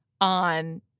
on